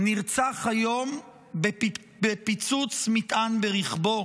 נרצח היום בפיצוץ מטען ברכבו